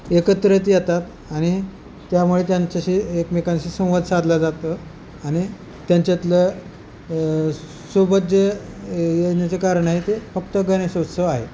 एकत्रित येतात आणि त्यामुळे त्यांच्याशी एकमेकांशी संवाद साधला जातो आणि त्यांच्यातलं सोबत जे येण्याचे कारण आहे ते फक्त गणेशोत्सव आहे